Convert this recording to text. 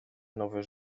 nowe